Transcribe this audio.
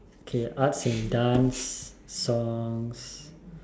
okay arts and dance songs